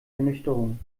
ernüchterung